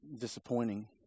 Disappointing